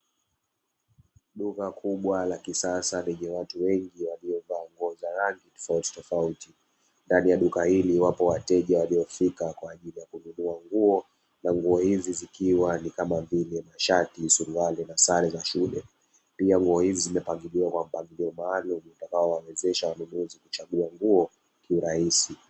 Duka kubwa la kisasa, lenye watu wengi waliovaa nguo za rangi tofautitofauti. Ndani ya duka hili wapo wateja waliofika kwa ajili ya kununua nguo, na nguo hizi zikiwa ni kama vile: mashati, suruali na sare za shule. Pia, nguo hizi zimepangiliwa kwa mpangilio maalumu unaowawezesha wanunuzi kuchagua nguo kwa urahisi.